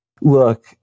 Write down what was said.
look